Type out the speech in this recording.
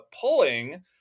Pulling